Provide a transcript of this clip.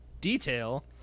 detail